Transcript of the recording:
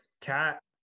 Cat